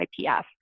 IPF